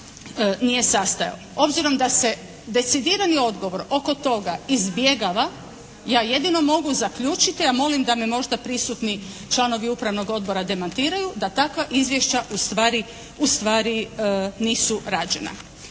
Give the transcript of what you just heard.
nije sastajao. Obzirom da se decidirani odgovor oko toga izbjegava, ja jedino mogu zaključiti, a molim da me možda prisutni članovi upravnog odbora demantiraju, da takva izvješća ustvari nisu rađena.